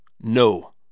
No